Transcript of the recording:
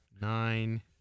Nine